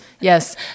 Yes